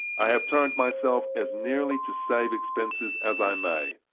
i have turned myself as nearly to save expenses as i may.